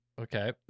Okay